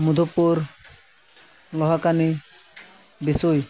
ᱢᱩᱫᱷᱩᱯᱩᱨ ᱞᱚᱦᱟᱠᱟᱱᱤ ᱵᱤᱥᱳᱭ